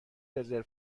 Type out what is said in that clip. رزرو